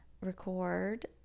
record